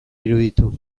iruditu